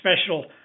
special